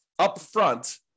upfront